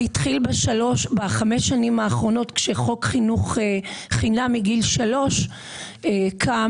זה התחיל בחמש שנים האחרונות כשחוק חינוך חינם מגיל שלוש קם,